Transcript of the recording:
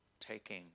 taking